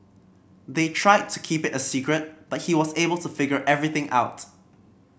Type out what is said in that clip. they tried to keep it a secret but he was able to figure everything out